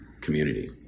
community